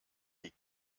die